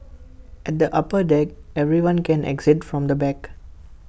at the upper deck everyone can exit from the back